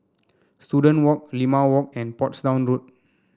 Student Walk Limau Walk and Portsdown Road